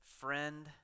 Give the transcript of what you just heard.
friend